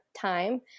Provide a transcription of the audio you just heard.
time